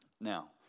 Now